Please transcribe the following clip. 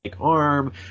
arm